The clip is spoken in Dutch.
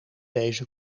deze